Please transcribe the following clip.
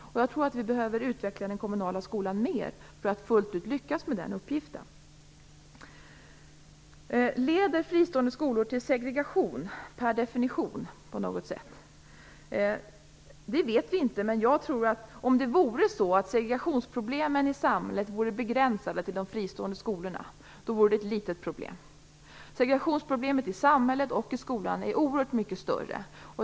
Jag tror att vi behöver utveckla den kommunala skolan mer för att lyckas med den uppgiften fullt ut. Leder fristående skolor till segregation per definition på något sätt? Det vet vi inte, men jag tror att om segregationsproblemen i samhället vore begränsade till de fristående skolorna vore det ett litet problem. Segregationsproblemet i samhället och i skolan är oerhört mycket större.